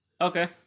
Okay